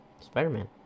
Spider-Man